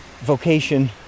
vocation